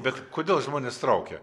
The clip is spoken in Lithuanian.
bet kodėl žmones traukia